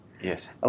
Yes